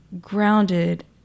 grounded